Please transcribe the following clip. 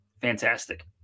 fantastic